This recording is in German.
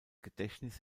gedächtnis